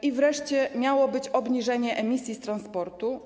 I wreszcie miało być obniżenie emisji z transportu.